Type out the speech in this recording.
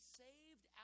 saved